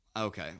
Okay